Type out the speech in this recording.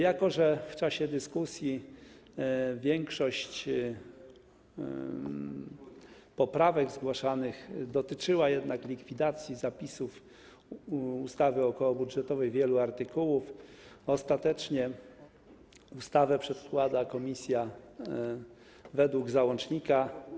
Jako że w czasie dyskusji większość zgłaszanych poprawek dotyczyła jednak likwidacji zapisów ustawy okołobudżetowej, wielu artykułów, ostatecznie ustawę przedkłada komisja według załącznika.